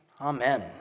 Amen